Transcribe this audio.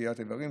קטיעת אברים,